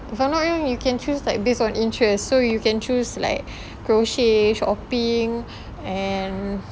if I'm not wrong you can choose like based on interest so you can choose like crochet shopping and